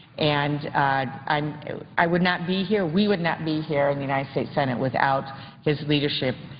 and um i would not be here, we would not be here in the united states senate without his leadership,